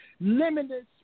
limitless